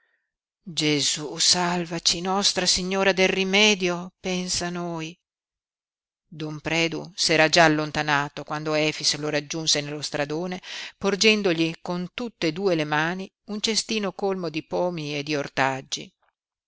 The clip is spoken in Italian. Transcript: gesú salvaci nostra signora del rimedio pensa a noi don predu s'era già allontanato quando efix lo raggiunse nello stradone porgendogli con tutte e due le mani un cestino colmo di pomi e di ortaggi